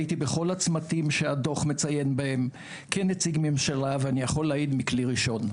הייתי בכל הצמתים שהדוח מציין כנציג ממשלה ואני יכול להעיד מכלי ראשון.